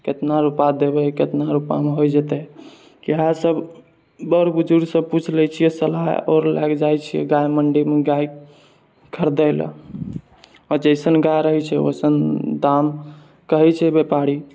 केतना रुपआ देबै केतना रूपआमे हो जेतै इएह सब बड़ बुजुर्गसँ पुछि लै छियै सलाह आओर लए कऽ जाइ छियै गाय मण्डीमे गाय खरीदै लए आओर जैसन गाय रहै छै ओइसन दाम कहै छै व्यापारी